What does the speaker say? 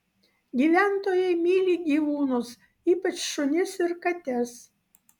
gyventojai myli gyvūnus ypač šunis ir kates